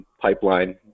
pipeline